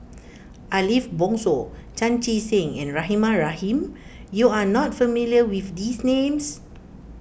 Ariff Bongso Chan Chee Seng and Rahimah Rahim you are not familiar with these names